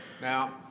Now